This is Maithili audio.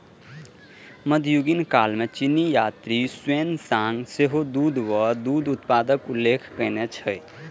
मध्ययुगीन काल मे चीनी यात्री ह्वेन सांग सेहो दूध आ दूध उत्पादक उल्लेख कयने छै